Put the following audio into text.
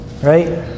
Right